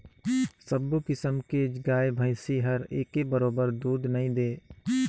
सबो किसम के गाय भइसी हर एके बरोबर दूद नइ दे